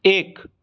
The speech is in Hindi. एक